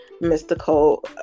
mystical